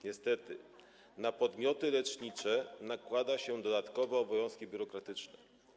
Niestety, na podmioty lecznicze nakłada się dodatkowe obowiązki biurokratyczne.